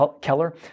Keller